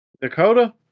Dakota